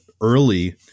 early